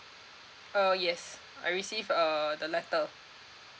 uh yes I receive a the letter